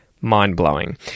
mind-blowing